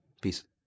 Peace